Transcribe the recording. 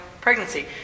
pregnancy